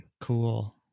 Cool